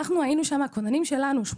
כוננים שלנו היו שם,